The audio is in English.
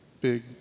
big